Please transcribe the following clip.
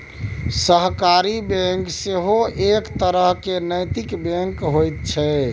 सहकारी बैंक सेहो एक तरहक नैतिक बैंक होइत छै